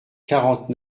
quarante